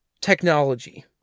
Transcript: technology